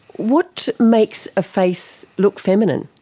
what makes a face look feminine?